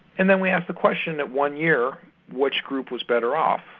and then we asked the question at one year which group was better off.